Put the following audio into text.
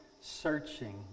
searching